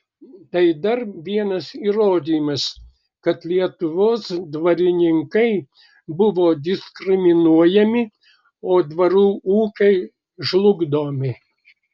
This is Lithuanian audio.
tai dar vienas įrodymas kad lietuvos dvarininkai buvo diskriminuojami o dvarų ūkiai žlugdomi